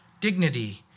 dignity